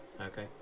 Okay